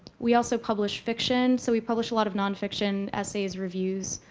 we also publish fiction. so we publish a lot of nonfiction, essays, reviews,